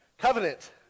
Covenant